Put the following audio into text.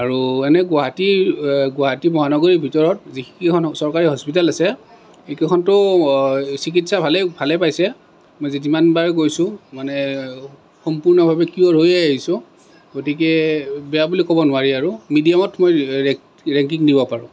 আৰু এনেই গুৱাহাটীৰ গুৱাহাটী মহানগৰীৰ ভিতৰত যিকেইখন চৰকাৰী হস্পিটেল আছে সেইকেইখনটো চিকিৎসা ভালেই ভালেই পাইছে মই যিমানবাৰ গৈছোঁ মানে সম্পূৰ্ণভাৱে কিয়'ৰ হৈয়ে আহিছোঁ গতিকে বেয়া বুলি ক'ব নোৱাৰি আৰু মিডিয়ামত মই ৰেকি ৰেংকিং দিব পাৰোঁ